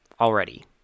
Already